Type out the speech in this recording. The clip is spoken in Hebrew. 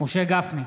משה גפני,